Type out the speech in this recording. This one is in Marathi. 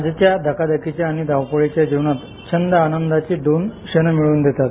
आजच्या धकाधकीच्या अन धावपळीच्या जीवनात छंद आनंदाचे दोन क्षण मिळवून देतात